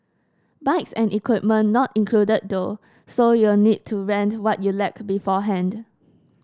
bikes and equipment not included though so you'll need to rent what you lack beforehand